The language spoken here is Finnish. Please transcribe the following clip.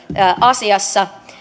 asiassa